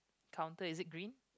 counter is it green